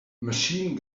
machine